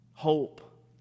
hope